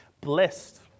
Blessed